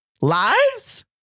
lives